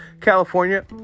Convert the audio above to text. California